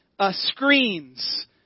screens